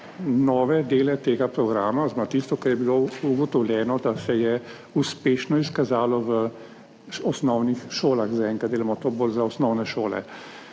nove dele tega programa oziroma tisto, kar je bilo ugotovljeno, da se je uspešno izkazalo v osnovnih šolah. Zaenkrat delamo to bolj za osnovne šole.